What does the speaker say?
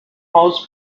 haus